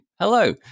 hello